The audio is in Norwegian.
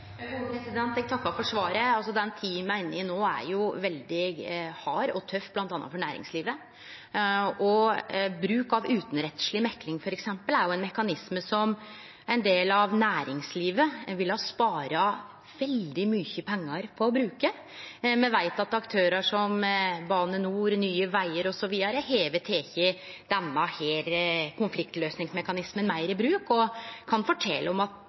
tingretten. Eg takkar for svaret. Den tida me er inne i no, er jo veldig hard og tøff, bl.a. for næringslivet, og bruk av utanrettsleg mekling, f.eks., er jo ein mekanisme som ein del av næringslivet ville ha spara veldig mykje pengar på å bruke. Me veit at aktørar som Bane NOR og Nye Vegar har teke denne konfliktløysingsmekanismen meir i bruk, og dei kan fortelje at